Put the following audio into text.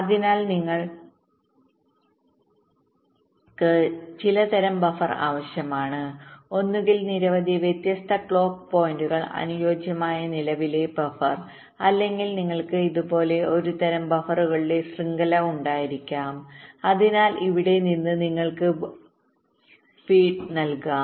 അതിനാൽ നിങ്ങൾക്ക് ചിലതരം ബഫർ ആവശ്യമാണ് ഒന്നുകിൽ നിരവധി വ്യത്യസ്ത ക്ലോക്ക് പോയിന്റുകൾക്ക് അനുയോജ്യമായ നിലവിലെ ബഫർ അല്ലെങ്കിൽ നിങ്ങൾക്ക് ഇതുപോലുള്ള ഒരുതരം ബഫറുകളുടെ ശൃംഖല ഉണ്ടായിരിക്കാം അതിനാൽ ഇവിടെ നിന്ന് നിങ്ങൾക്ക് ഭക്ഷണം നൽകാം